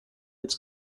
its